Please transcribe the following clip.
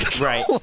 Right